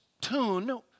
tune